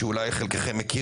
שאולי חלקכם מכירים,